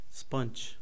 sponge